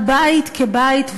הבית כבית,